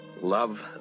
Love